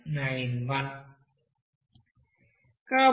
91